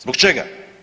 Zbog čega?